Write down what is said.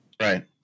Right